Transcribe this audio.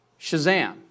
Shazam